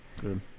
Good